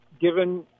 given